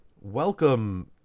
welcome